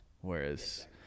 whereas